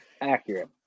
accurate